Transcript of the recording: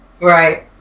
right